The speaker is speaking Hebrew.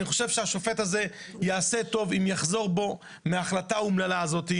אני חושב שהשופט הזה יעשה טוב אם יחזור בו מההחלטה האומללה הזאת.